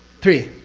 three,